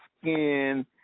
skin